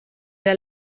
der